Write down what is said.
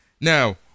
Now